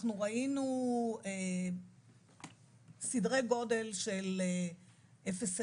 אנחנו ראינו סדרי גודל של 0.03%,